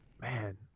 man